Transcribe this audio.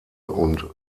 und